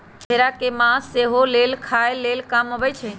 भेड़ा के मास सेहो लेल खाय लेल काम अबइ छै